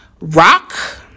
Rock